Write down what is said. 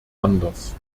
anders